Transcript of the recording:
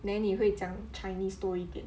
then 你会讲 chinese 多一点